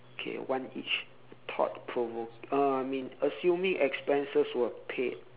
K one each thought provoke uh I mean assuming expenses were paid